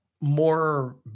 more